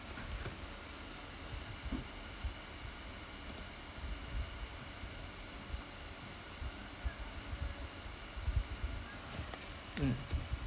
mm